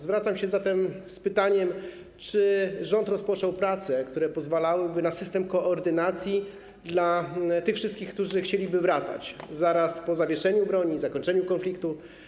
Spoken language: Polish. Zwracam się zatem z pytaniem, czy rząd rozpoczął prace, które pozwalałyby na stworzenie systemu koordynacji dla tych wszystkich, którzy chcieliby wracać zaraz po zawieszeniu broni, zakończeniu konfliktu.